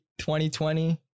2020